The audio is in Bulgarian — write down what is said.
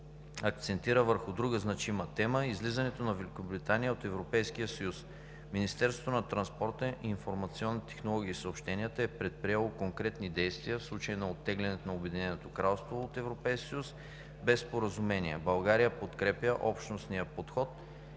акцентира върху друга значима тема – излизането на Великобритания от Европейския съюз. Министерството на транспорта, информационните технологии и съобщенията е предприело конкретни действия в случай на оттеглянето на Обединеното кралство от ЕС без споразумение. България подкрепя общностния подход